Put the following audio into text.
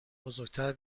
بزرگتر